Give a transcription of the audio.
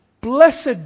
Blessed